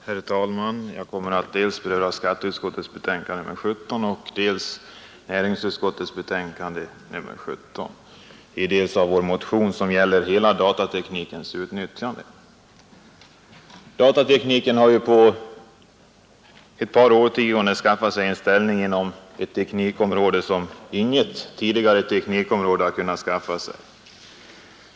Herr talman! Jag kommer att dels beröra skatteutskottets betänkande nr 17, dels näringsutskottets betänkande nr 17 och vår motion som gäller hela datateknikens utnyttjande. Datatekniken har på ett par årtionden skaffat sig en ställning som inget tidigare teknikområde har kunnat skaffa sig.